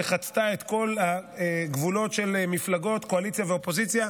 שחצתה את כל הגבולות של מפלגות קואליציה ואופוזיציה,